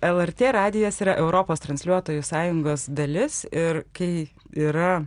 lrt radijas yra europos transliuotojų sąjungos dalis ir kai yra